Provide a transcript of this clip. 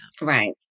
Right